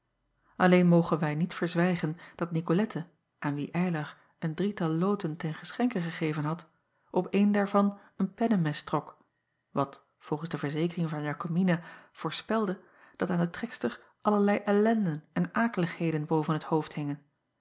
lleen mogen wij niet verzwijgen dat icolette aan wie ylar een drietal loten ten geschenke gegeven had op een daarvan een pennemes trok wat volgens de verzekering van akomina voorspelde dat aan de trekster allerlei ellenden en akeligheden boven t hoofd hingen